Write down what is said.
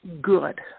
good